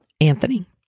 Anthony